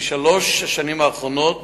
בשלוש השנים האחרונות